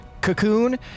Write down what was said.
cocoon